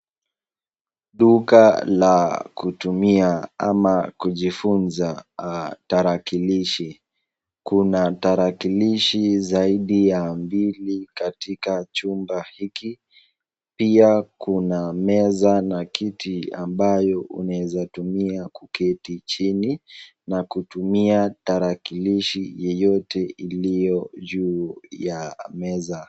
Duka la kutumia ama kujifunza tarakilishi, kuna tarakilishi zaidi ya mbili katika chumba hiki, pia kuna meza na kiti ambayo unaweza Kutumia kuketi chini na kutumia tarakilishi yoyote iliyo juu ya meza.